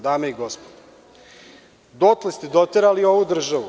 Dame i gospodo, dotle ste doterali ovu državu.